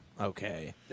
Okay